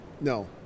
No